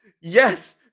Yes